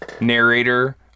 narrator